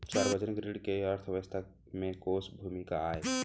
सार्वजनिक ऋण के अर्थव्यवस्था में कोस भूमिका आय?